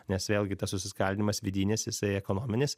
nes vėlgi tas susiskaldymas vidinis jisai ekonominis